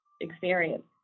experience